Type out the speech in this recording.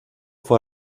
fue